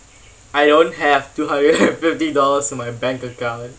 I don't have two hundred and fifty dollars in my bank account